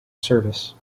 service